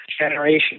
generation